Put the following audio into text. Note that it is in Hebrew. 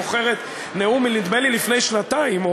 זוכרת נאום מלפני שנתיים,